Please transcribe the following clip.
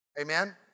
Amen